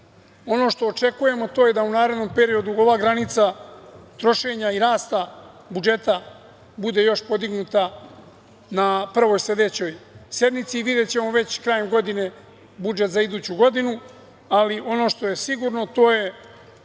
Ono što očekujemo to je da u narednom periodu ova granica trošenja i rasta budžeta bude još podignuta na prvoj sledećoj sednici. Videćemo već krajem godine budžet za iduću godinu, ali ono što je sigurno to je